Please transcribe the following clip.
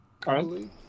currently